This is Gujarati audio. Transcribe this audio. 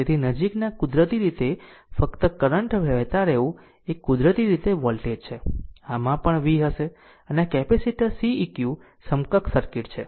તેથી નજીકના કુદરતી રીતે ફક્ત કરંટ વહેતા રહેવું એ કુદરતી રીતે વોલ્ટેજ છે આમાં પણ v હશે અને આ કેપેસિટર Ceq સમકક્ષ સર્કિટ છે